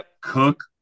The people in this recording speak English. Cook